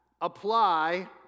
apply